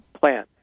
plan